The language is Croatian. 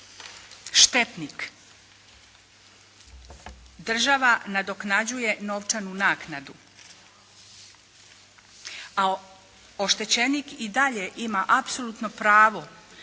štetnik. Država nadoknađuje novčanu naknadu, a oštećenik i dalje ima apsolutno pravo